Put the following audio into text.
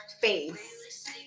face